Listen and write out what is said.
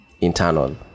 internal